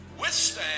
withstand